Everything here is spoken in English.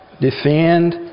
defend